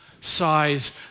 size